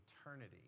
eternity